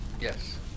Yes